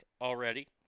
already